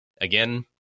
again